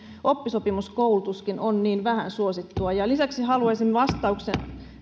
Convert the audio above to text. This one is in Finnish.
oppisopimuskoulutuskin on niin vähän suosittua lisäksi haluaisin vastauksen